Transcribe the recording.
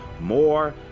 more